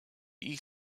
ich